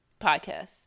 podcast